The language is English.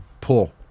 pull